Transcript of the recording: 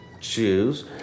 choose